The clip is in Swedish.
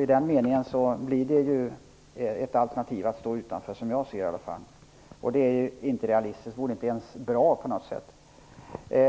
I den meningen blir, som jag ser det, ett alternativ att stå utanför. Det är ju inte realistiskt. Det vore inte ens bra på något sätt.